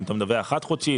אם אתה מדווח חד-חודשי.